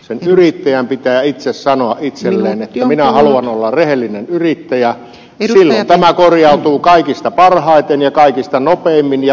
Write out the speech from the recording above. sen yrittäjän pitää itse sanoa itselleen että minä haluan olla rehellinen yrittäjä silloin tämä korjaantuu kaikista parhaiten ja kaikista nopeimmin ja vähimmillä kustannuksilla